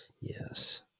Yes